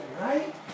right